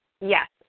Yes